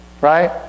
right